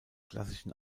klassischen